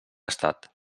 estat